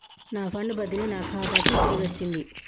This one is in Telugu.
నా ఫండ్ బదిలీ నా ఖాతాకు తిరిగచ్చింది